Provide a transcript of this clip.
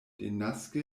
denaske